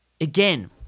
Again